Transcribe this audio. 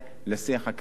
לשיח הכלכלי.